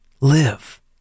Live